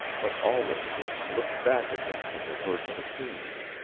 but always it slipped back again from the verge of attainment.